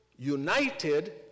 united